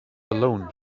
alone